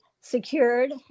secured